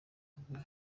avuga